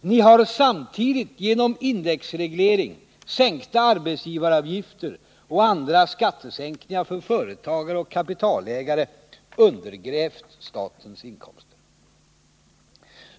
Ni har samtidigt genom indexreglering, sänkta arbetsgivaravgifter och andra skattesänkningar för företagare och kapitalägare undergrävt statens inkomster.